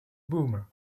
boomer